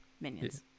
minions